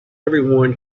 everyone